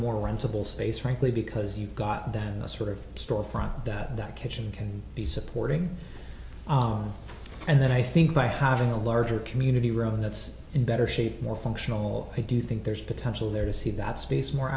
more rentable space frankly because you've got that sort of storefront that kitchen can be supporting and then i think by having a larger community room that's in better shape more functional i do think there's potential there to see that space more